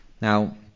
Now